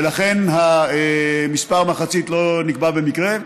ולכן, המחצית לא נקבעה במקרה.